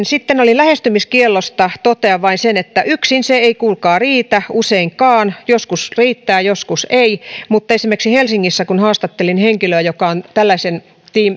sitten oli lähestymiskiellosta totean vain sen että yksin se ei kuulkaa riitä useinkaan joskus riittää joskus ei mutta kun esimerkiksi helsingissä haastattelin henkilöä joka on